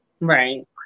right